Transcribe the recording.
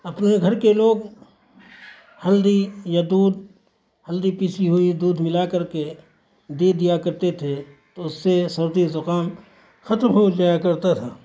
اپنے گھر کے لوگ ہلدی یا دودھ ہلدی پسی ہوئی دودھ ملا کر کے دے دیا کرتے تھے تو اس سے سردی زکام ختم ہو جایا کرتا تھا